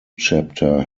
chapter